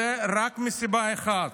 זה רק מסיבה אחת: